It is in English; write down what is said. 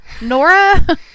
Nora